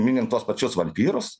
minint tuos pačius vampyrus